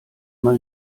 mal